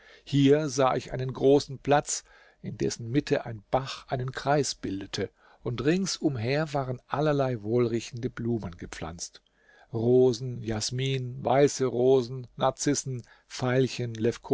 hier sah ich einen großen platz in dessen mitte ein bach einen kreis bildete und rings umher waren allerlei wohlriechende blumen gepflanzt rosen jasmin weise rosen narzissen veilchen